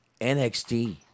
NXT